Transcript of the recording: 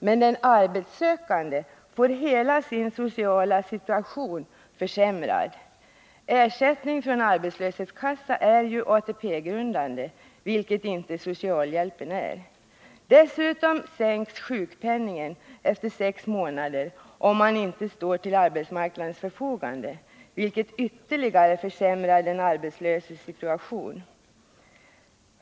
Men den arbetssökande får hela sin sociala situation försämrad. Ersättning från arbetslöshetskassa är ju ATP-grundande, vilket inte socialhjälpen är. Dessutom sänks sjukpenningen efter sex månader, om man inte står till arbetsmarknadens förfogande, vilket ytterligare försämrar den arbetslöses situation.